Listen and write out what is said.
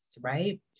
right